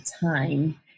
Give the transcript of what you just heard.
time